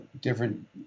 different